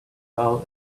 tall